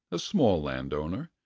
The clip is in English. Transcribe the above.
a small landowner,